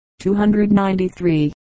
293